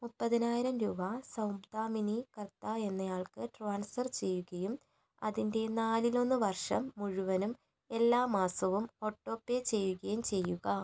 മുപ്പതിനായിരം രൂപ സൗദാമിനി കർത്ത എന്നയാൾക്ക് ട്രാൻസ്ഫർ ചെയ്യുകയും അതിൻ്റെ നാലിൽ ഒന്ന് വർഷം മുഴുവനും എല്ലാ മാസവും ഓട്ടോ പേ ചെയ്യുകയും ചെയ്യുക